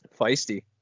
Feisty